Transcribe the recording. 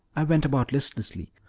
i went about listlessly,